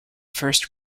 first